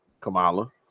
Kamala